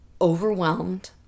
overwhelmed